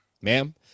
ma'am